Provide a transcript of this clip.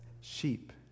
sheep